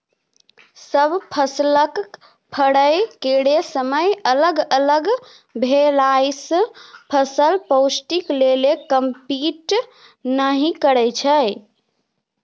सब फसलक फरय केर समय अलग अलग भेलासँ फसल पौष्टिक लेल कंपीट नहि करय छै